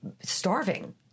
starving